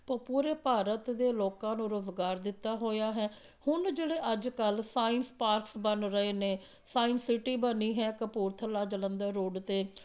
ਪੂਰੇ ਭਾਰਤ ਦੇ ਲੋਕਾਂ ਨੂੰ ਰੁਜ਼ਗਾਰ ਦਿੱਤਾ ਹੋਇਆ ਹੈ ਹੁਣ ਜਿਹੜੇ ਅੱਜ ਕੱਲ੍ਹ ਸਾਇੰਸ ਪਾਰਕਸ ਬਣ ਰਹੇ ਨੇ ਸਾਇੰਸ ਸਿਟੀ ਬਣੀ ਹੈ ਕਪੂਰਥਲਾ ਜਲੰਧਰ ਰੋਡ 'ਤੇ